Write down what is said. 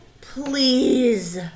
please